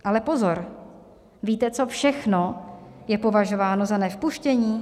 Ale pozor, víte, co všechno je považováno za nevpuštění?